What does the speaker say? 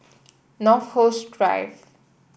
North Coast Drive